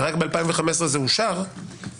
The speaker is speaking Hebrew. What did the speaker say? ורק ב-2015 זה אושר,